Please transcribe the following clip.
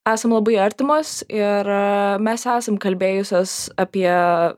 esam labai artimos ir mes esam kalbėjusios apie